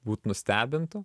būt nustebintu